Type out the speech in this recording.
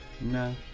No